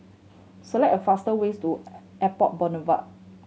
select a faster ways to Airport Boulevard